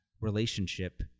relationship